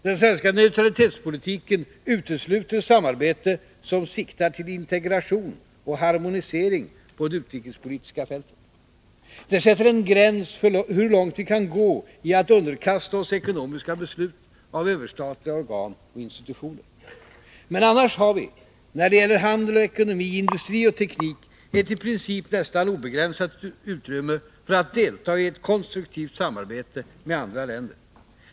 Den svenska neutralitetspolitiken utesluter samarbete som siktar till integration och harmonisering på det utrikespolitiska fältet. Det sätter en gräns för hur långt vi kan gå i att underkasta oss ekonomiska beslut av överstatliga organ och institutioner. Men annars har vi, när det gäller handel och ekonomi, industri och teknik, ett i princip nästan obegränsat utrymme för att delta i ett konstruktivt samarbete med andra länder.